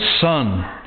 Son